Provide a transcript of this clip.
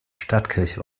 stadtkirche